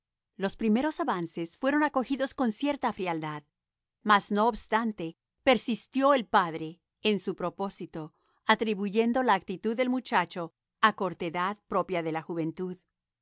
los primeros avances fueron acogidos con cierta frialdad mas no obstante persistió el padre en su propósito atribuyendo la actitud del muchacho a cortedad propia de la juventud